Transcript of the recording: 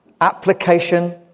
application